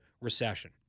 recession